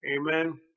Amen